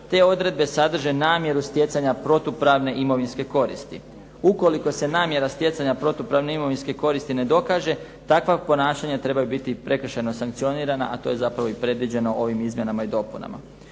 te odredbe sadrže namjeru stjecanja protupravne imovinske koristi. Ukoliko se namjera stjecanja protupravne imovinske koristi ne dokaže, takva ponašanja trebaju biti prekršajno sankcionirana, a to je zapravo i predviđeno ovim izmjenama i dopunama.